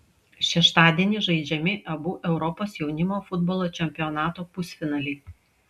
šeštadienį žaidžiami abu europos jaunimo futbolo čempionato pusfinaliai